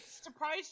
surprise